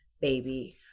baby